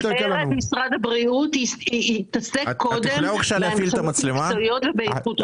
מה עושה משרד הבריאות כדי שזה יהיה יותר נגיש לאנשים שגרים רחוק?